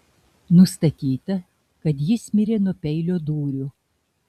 nustatyta kad jis mirė nuo peilio dūrių